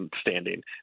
standing